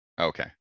okay